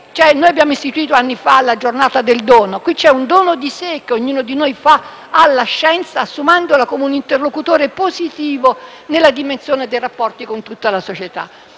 Noi abbiamo istituito anni fa la giornata del dono. Qui parliamo di un dono di sé che ognuno di noi fa alla scienza, assumendola come un interlocutore positivo nella dimensione dei rapporti con tutta la società.